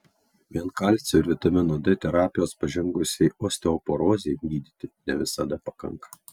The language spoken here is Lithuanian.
vien kalcio ir vitamino d terapijos pažengusiai osteoporozei gydyti ne visada pakanka